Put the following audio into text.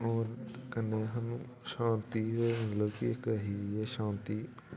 कन्नै होर स्हानू शांति ते इक ऐसी चीज ऐ शांति